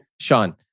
Sean